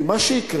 כי מה שיקרה,